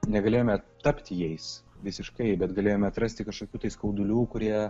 negalėjome tapti jais visiškai bet galėjome atrasti kažkokių tai skaudulių kurie